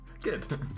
good